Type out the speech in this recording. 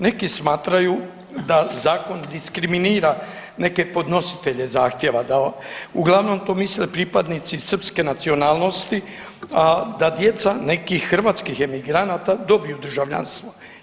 Neki smatraju da zakon diskriminira neke podnositelje zahtjeva uglavnom to misle pripadnici srpske nacionalnosti, a da djeca nekih hrvatskih emigranata dobiju državljanstvo.